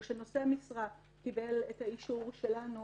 או שנושא משרה קיבל את האישור שלנו,